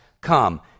come